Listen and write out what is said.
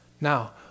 Now